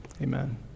Amen